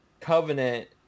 Covenant